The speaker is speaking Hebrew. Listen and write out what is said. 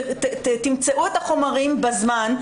תמצאו את החומרים בזמן,